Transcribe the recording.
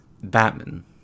Batman